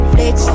Flex